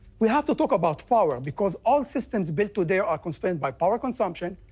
we have to talk about power, because all systems built today are are constrained by power consumption,